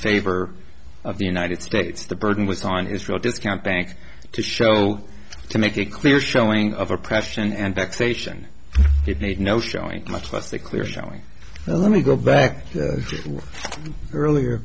favor of the united states the burden was on israel discount bank to show to make it clear showing of oppression and taxation it made no showing much less the clear showing let me go back to earlier